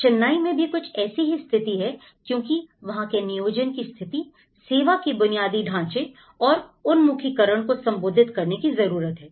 चेन्नई में भी कुछ ऐसी ही स्थिति है क्योंकि वहां के नियोजन की स्थिति सेवा की बुनियादी ढांचे और उन्मुखीकरण को संबोधित करने की जरूरत है